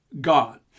God